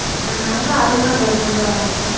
ஆ நான் வந்து அருண் நகரிலேருந்து வரேன் மேம்